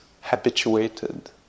habituated